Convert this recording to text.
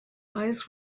eyes